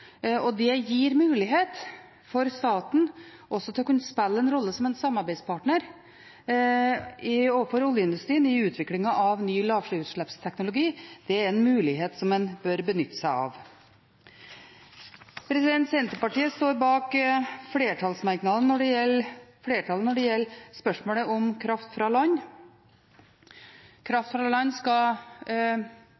Det gir mulighet for staten til å kunne spille en rolle som en samarbeidspartner for oljeindustrien i utviklingen av ny lavutslippsteknologi. Det er en mulighet som en bør benytte seg av. Senterpartiet står bak flertallsmerknaden som gjelder spørsmålet om kraft fra land. Kraft fra land